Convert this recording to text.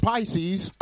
Pisces